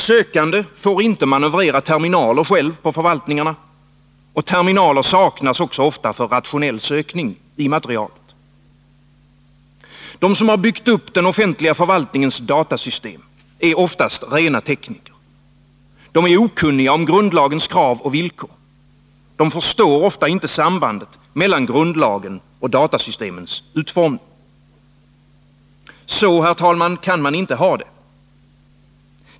Sökande får inte manövrera terminaler själva på förvaltningarna, och terminaler saknas också ofta för rationell sökning i materialet. De som har byggt upp den offentliga förvaltningens datasystem är oftast rena tekniker. De är okunniga om grundlagens krav och villkor. De förstår ofta inte sambandet mellan grundlagen och datasystemens utformning. Herr talman! Så kan man inte ha det.